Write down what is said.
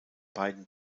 beiden